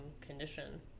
condition